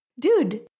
dude